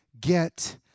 get